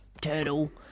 turtle